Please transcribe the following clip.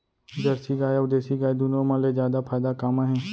Jersey गाय अऊ देसी गाय दूनो मा ले जादा फायदा का मा हे?